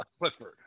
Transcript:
Clifford